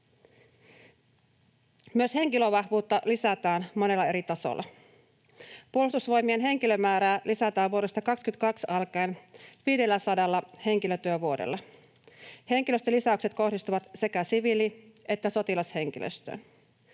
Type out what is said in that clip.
Myös henkilövahvuutta lisätään monella eri tasolla. Puolustusvoimien henkilömäärää lisätään vuodesta 22 alkaen 500 henkilötyövuodella. Henkilöstölisäykset kohdistuvat sekä siviili- että sotilashenkilöstöön.